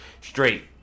straight